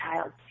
child